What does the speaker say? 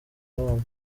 abana